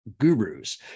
Gurus